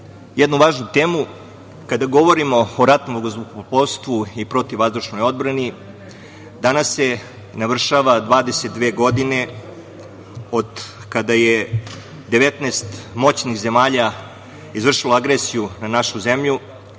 jednu važnu temu, kada govorimo o ratnom vazduhoplovstvu i PVO, danas se navršava 22 godine od kada je 19 moćnih zemalja izvršilo agresiju na našu zemlju.